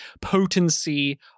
potency